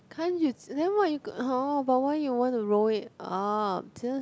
can't you then why you !huh! but why you want to roll it up just